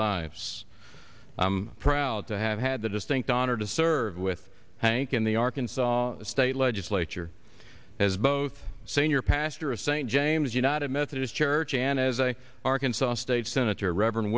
lives i'm proud to have had the distinct honor to serve with hank in the arkansas state legislature as both senior pastor of st james united methodist church and as a arkansas state senator r